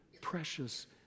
precious